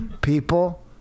People